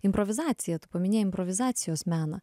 improvizacijatu paminėjai improvizacijos meną